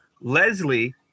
Leslie